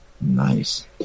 Nice